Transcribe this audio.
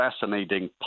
fascinating